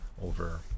over